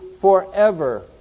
forever